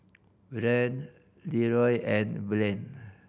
Rahn Leroy and Blaine